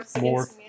more